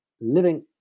living